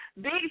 Big